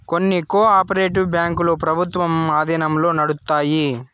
కొన్ని cooperative బ్యాంకులు ప్రభుత్వం ఆధీనంలో నడుత్తాయి